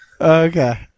Okay